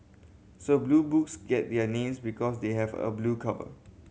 so Blue Books get their names because they have a blue cover